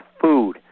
food